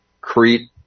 Crete